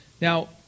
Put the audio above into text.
Now